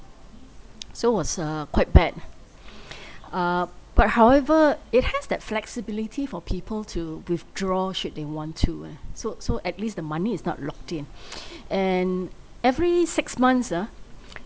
so was uh quite bad ah but however it has that flexibility for people to withdraw should they want to eh so so at least the money is not locked in and every six months ah